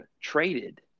traded